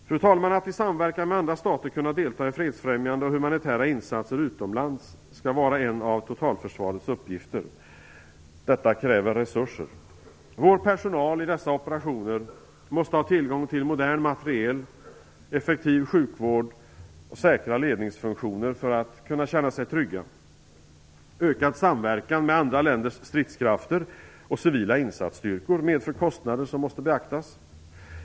Fru talman! Att i samverkan med andra stater kunna delta i fredsfrämjande och humanitära insatser utomlands skall vara en av totalförsvarets uppgifter. Detta kräver resurser. Vår personal i dessa operationer måste ha tillgång till modern materiel, effektiv sjukvård och säkra ledningsfunktioner för att kunna känna sig trygga. Ökad samverkan med andra länders stridskrafter och civila insatsstyrkor medför kostnader som måste beaktas.